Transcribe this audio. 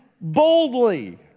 boldly